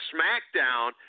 SmackDown